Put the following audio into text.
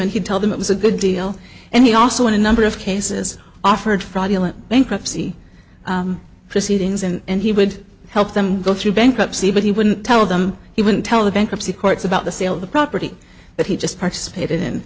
and he'd tell them it was a good deal and he also in a number of cases offered fraudulent bankruptcy proceedings and he would help them go through bankruptcy but he wouldn't tell them he wouldn't tell the bankruptcy courts about the sale of the property that he just participated in